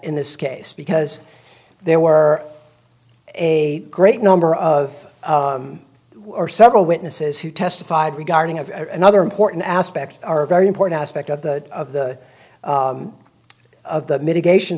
in this case because there were a great number of several witnesses who testified regarding a another important aspect are very important aspect of the of the of the mitigation